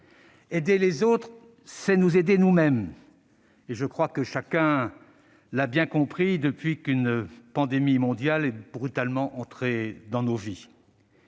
Aider les autres, c'est nous aider nous-mêmes. Je crois que chacun l'a bien compris depuis qu'une pandémie mondiale est brutalement entrée dans nos vies.